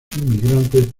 inmigrantes